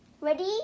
ready